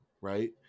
right